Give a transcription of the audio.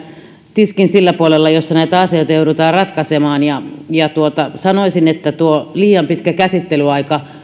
tiskin sillä puolella jossa näitä asioita joudutaan ratkaisemaan sanoisin että tuo liian pitkä käsittelyaika